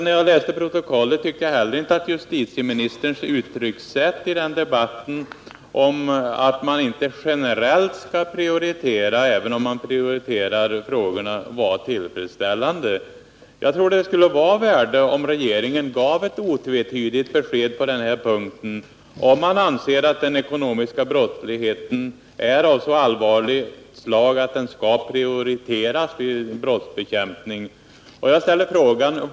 När jag läste protokollet tyckte jag inte heller att justitieministerns uttryckssätt i den debatten, att man inte generellt skall prioritera, var tillfredsställande. Jag tror det skulle vara av värde om regeringen gav ett otvetydigt besked om huruvida den anser att den ekonomiska brottsligheten är så allvarlig att den skall prioriteras vid brottsbekämpningen.